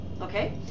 Okay